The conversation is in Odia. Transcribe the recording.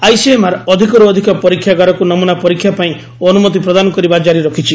ଆଇସିଏମ୍ଆର୍ ଅଧିକରୁ ଅଧିକ ପରୀକ୍ଷାଗାରକୁ ନମୁନା ପରୀକ୍ଷା ପାଇଁ ଅନୁମତି ପ୍ରଦାନ କରିବା ଜାରି ରଖିଛି